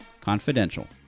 Confidential